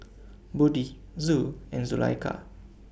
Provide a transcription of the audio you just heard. Budi Zul and Zulaikha